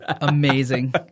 amazing